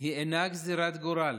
היא אינה גזרת גורל.